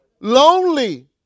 Lonely